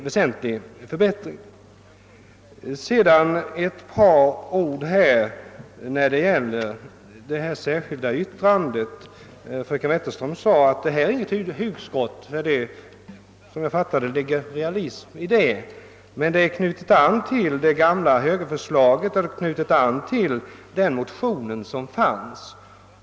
Beträffande det särskilda yttrandet sade fröken Wetterström att detta inte är något hugskott utan att det ligger realism bakom. Men yttrandet är ju anknutet till det gamla högerförslaget och motionerna I: 949 och II: 1088.